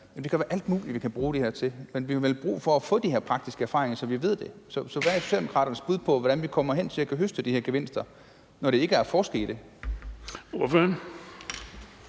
Ja, det kan være alt muligt, vi kan bruge det her til. Men vi har vel brug for at få de her praktiske erfaringer, så vi ved det. Så hvad er Socialdemokraternes bud på, hvordan vi kommer hen til at kunne høste de her gevinster, når det ikke er at forske i det?